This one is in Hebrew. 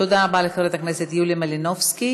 תודה רבה לחברת הכנסת יוליה מלינובסקי.